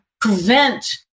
prevent